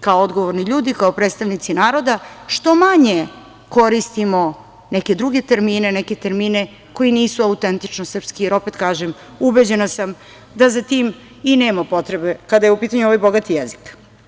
kao odgovorni ljudi, kao predstavnici naroda, što manje koristimo neke druge termine, neke termine koji nisu autentično srpski, jer opet kažem, ubeđena sam da za tim i nema potrebe, kada je u pitanju ovaj bogat jezik.